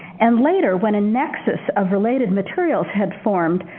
and later when a nexus of related materials had formed,